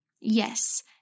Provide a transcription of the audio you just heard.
Yes